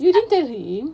didn't tell him